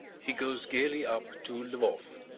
he goes gaily up to lvoff.